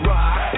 Rock